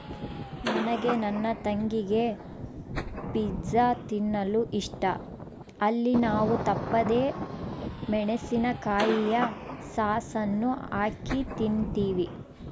ನನಗೆ ನನ್ನ ತಂಗಿಗೆ ಪಿಜ್ಜಾ ತಿನ್ನಲು ಇಷ್ಟ, ಅಲ್ಲಿ ನಾವು ತಪ್ಪದೆ ಮೆಣಿಸಿನಕಾಯಿಯ ಸಾಸ್ ಅನ್ನು ಹಾಕಿ ತಿಂಬ್ತೀವಿ